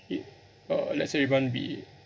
it uh let's say you want be